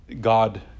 God